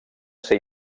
ser